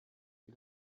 you